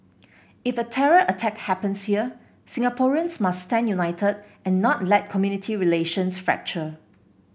if a terror attack happens here Singaporeans must stand united and not let community relations fracture